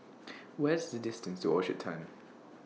What IS The distance to Orchard Turn